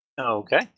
Okay